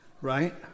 right